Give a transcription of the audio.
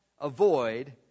avoid